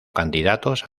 candidatos